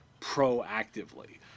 proactively